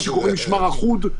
מה שקוראים משמר אחוד,